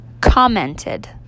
commented